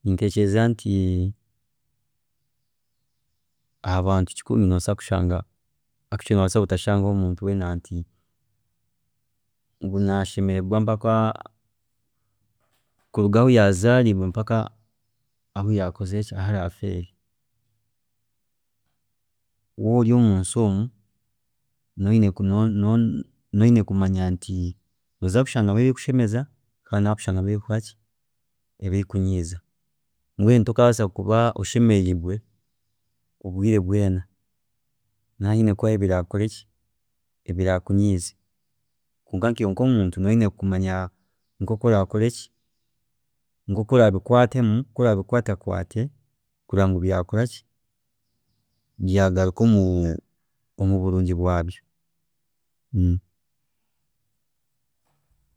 Nintekyereza nti, aha bantu kikumi nobaasa kushanga actually nobaasa kutashangaho muntu weena nti ngu nashemererwa mpaka kuruga ahu yazaariirwe mpaka kuhisya ahu arafweere, waaba ori omunsi omu, nooba nooba oyine kumanya nti nooza kushangamu ebiraakushemeze kandi nooza kushangamu ebiraakuntiize, mbwenu tokaabaasa kuba oshemeriirwe obwiire bwoona, nihaba hiine kubaho ebiraakunyiize kwonka nkiiwe nkomuntu nooba oyine kumanya nkoku oraabishemeze kugira ngu byagaruka omuburungi bwaabyo.